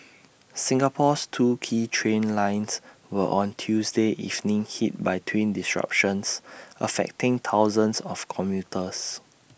Singapore's two key train lines were on Tuesday evening hit by twin disruptions affecting thousands of commuters